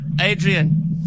Adrian